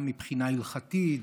גם מבחינה הלכתית,